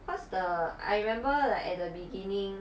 cause the I remember like at the beginning